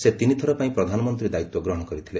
ସେ ତିନିଥର ପାଇଁ ପ୍ରଧାନମନ୍ତ୍ରୀ ଦାୟିତ୍ୱ ଗ୍ରହଣ କରିଥିଲେ